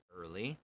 early